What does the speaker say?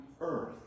earth